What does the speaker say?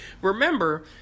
remember